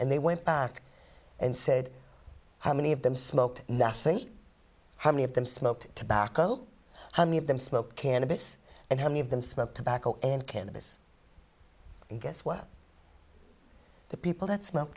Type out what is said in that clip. and they went back and said how many of them smoked how many of them smoked tobacco how many of them smoke cannabis and how many of them smoke tobacco and cannabis and guess what the people that smoke